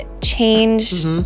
changed